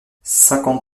cinquante